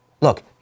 Look